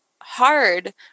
hard